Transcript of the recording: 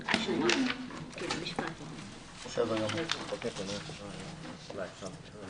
על סדר היום הצעת חוק שכר שווה לעובדת ולעובד